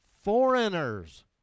Foreigners